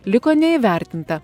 liko neįvertinta